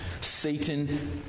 Satan